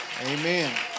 Amen